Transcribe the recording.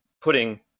putting